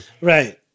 Right